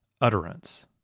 utterance